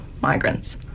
migrants